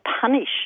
punish